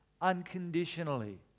unconditionally